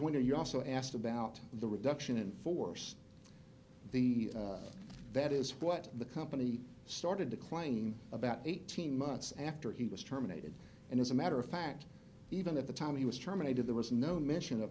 ment and you also asked about the reduction in force the that is what the company started to claim about eighteen months after he was terminated and as a matter of fact even at the time he was terminated there was no mention of